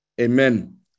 Amen